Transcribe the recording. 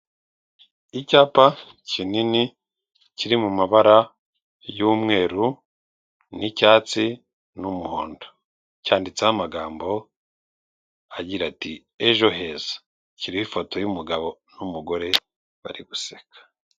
Icyapa kinini kiri mu mabara y'umweru n'icyatsi n'umuhondo, cyanditseho amagambo agira ati ejo heza, kiriho ifoto y'umugabo n'umugore bari guseka.